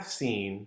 seen